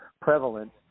prevalent